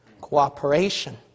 Cooperation